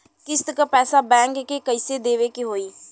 किस्त क पैसा बैंक के कइसे देवे के होई?